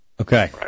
okay